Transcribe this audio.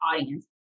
audience